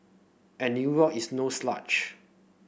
and New York is no